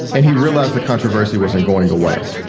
and he realized the controversy wasn't going away.